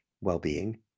well-being